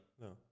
No